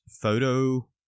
photo